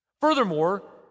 Furthermore